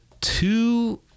two